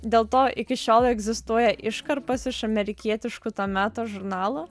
dėl to iki šiol egzistuoja iškarpos iš amerikietiškų to meto žurnalų